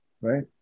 right